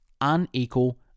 unequal